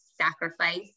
sacrifice